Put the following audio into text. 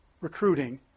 recruiting